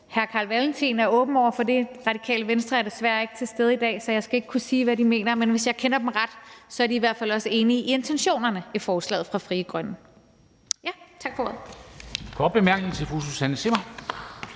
hr. Carl Valentin er åben over for det. Radikale Venstre er desværre ikke til stede i dag, så jeg skal ikke kunne sige, hvad de mener, men hvis jeg kender dem ret, er de i hvert fald også enige i intentionerne i forslaget fra Frie Grønne.